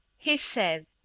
he said,